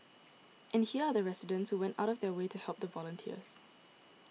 and here are the residents who went out of their way to help the volunteers